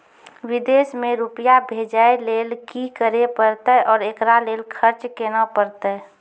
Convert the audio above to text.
विदेश मे रुपिया भेजैय लेल कि करे परतै और एकरा लेल खर्च केना परतै?